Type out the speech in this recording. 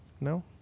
No